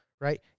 right